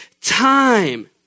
time